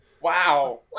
Wow